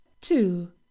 two